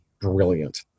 brilliant